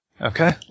Okay